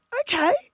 Okay